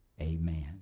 amen